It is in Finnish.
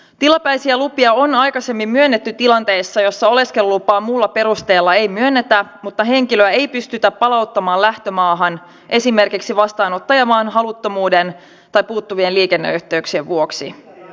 tilapäisiä lupia on aikaisemmin myönnetty tilanteessa jossa oleskelulupaa muulla perusteella ei myönnetä mutta henkilöä ei pystytä palauttamaan lähtömaahan esimerkiksi vastaanottajamaan haluttomuuden tai puuttuvien liikenneyhteyksien vuoksi